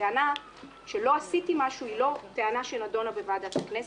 הטענה שלא עשיתי משהו היא לא טענה שנדונה בוועדת הכנסת.